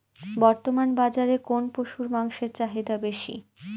বর্তমান বাজারে কোন পশুর মাংসের চাহিদা বেশি?